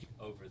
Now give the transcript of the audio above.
over